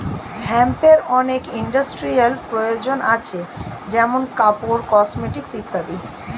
হেম্পের অনেক ইন্ডাস্ট্রিয়াল প্রয়োজন আছে যেমন কাপড়, কসমেটিকস ইত্যাদি